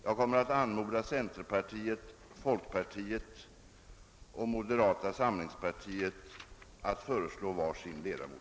Jag kommer att anmoda centerpartiet, folkpartiet och moderata samlingspartiet att föreslå var sin ledamot.